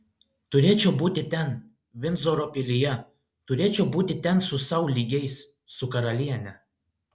turėčiau būti ten vindzoro pilyje turėčiau būti ten su sau lygiais su karaliene